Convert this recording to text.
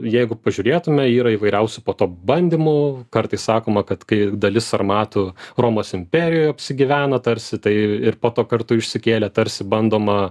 jeigu pažiūrėtume yra įvairiausių po to bandymų kartais sakoma kad kai dalis sarmatų romos imperijoj apsigyveno tarsi tai ir po to kartu išsikėlė tarsi bandoma